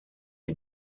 les